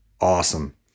awesome